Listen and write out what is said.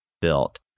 built